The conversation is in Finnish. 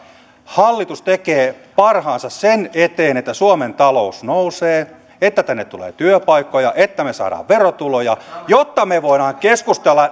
hallitus tekee parhaansa sen eteen että suomen talous nousee että tänne tulee työpaikkoja että me saamme verotuloja jotta me voimme